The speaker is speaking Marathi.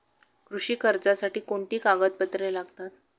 कृषी कर्जासाठी कोणती कागदपत्रे लागतात?